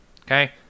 Okay